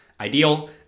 ideal